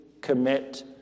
commit